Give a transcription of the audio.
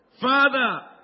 Father